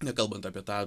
nekalbant apie tą